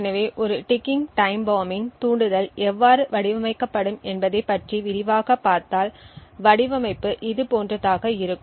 எனவே ஒரு ticking time bomb இன் தூண்டுதல் எவ்வாறு வடிவமைக்கப்படும் என்பதைப் பற்றி விரிவாகப் பார்த்தால் வடிவமைப்பு இதுபோன்றதாக இருக்கும்